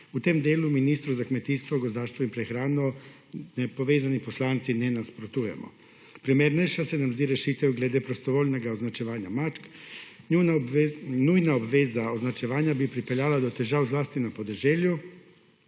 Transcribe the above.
V tem delu ministru za kmetijstvo, gozdarstvo in prehrano nepovezani poslanci ne nasprotujemo. Primernejša se nam zdi rešitev glede prostovoljnega označevanja mačk. 62. TRAK: (NB) – 15.05 (Nadaljevanje) Nujna obveza označevanja bi pripeljala do težav zlasti na podeželju